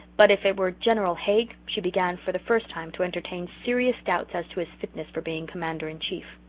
but if it were general haig she began for the first time to entertain serious doubts as to his fitness for being commander-in-chief.